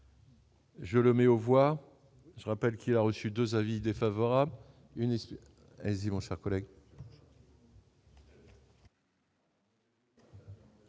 Je le mets au voir je rappelle qu'il a reçu 2 avis défavorables